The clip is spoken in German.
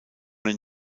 den